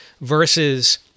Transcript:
versus